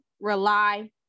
rely